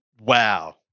wow